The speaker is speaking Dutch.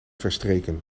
verstreken